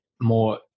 more